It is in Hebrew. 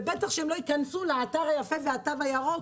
ובטח שהם לא ייכנסו לאתר היפה והתו הירוק